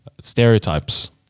stereotypes